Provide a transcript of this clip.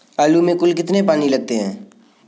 आलू में कुल कितने पानी लगते हैं?